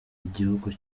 igihugu